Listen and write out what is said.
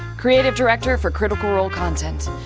creative director for critical role content.